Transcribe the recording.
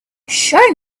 show